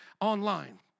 online